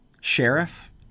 Sheriff